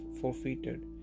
forfeited